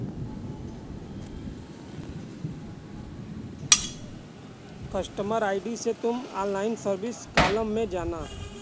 customer ID से तुम online service column में जाना